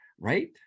Right